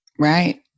Right